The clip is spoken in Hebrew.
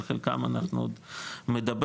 על חלקם אנחנו עוד מדברים,